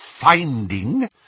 finding